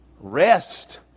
Rest